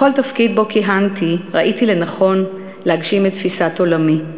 בכל תפקיד שבו כיהנתי ראיתי לנכון להגשים את תפיסת עולמי.